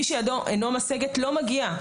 מי שידו אינה משגת אינו מגיע,